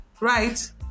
Right